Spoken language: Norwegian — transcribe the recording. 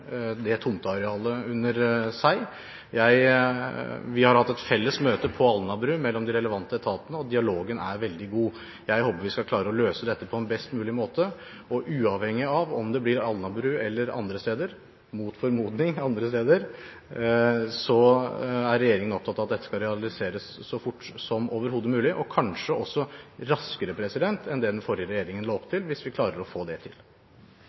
et felles møte på Alnabru mellom de relevante etatene, og dialogen er veldig god. Jeg håper vi skal klare å løse dette på en best mulig måte. Uavhengig av om det blir Alnabru eller – mot formodning – andre steder, er regjeringen opptatt av at dette skal realiseres så fort som overhodet mulig, og kanskje raskere enn det den forrige regjeringen la opp til, hvis vi klarer å få det til.